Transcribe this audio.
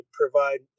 provide